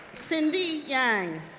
cindy yang,